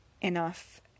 enough